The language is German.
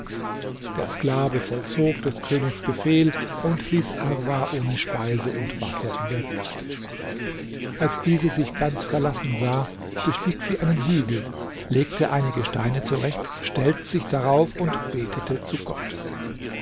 der sklave vollzog des königs befehl und ließ arwa ohne speise und wasser in der wüste als diese sich ganz verlassen sah bestieg sie einen hügel legte einige steine zurecht stellt sich darauf und betete zu gott